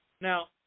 Now